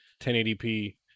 1080p